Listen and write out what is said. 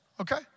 Okay